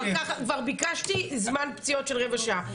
כבר ביקשתי זמן פציעות של רבע שעה.